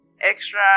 extra